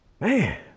Man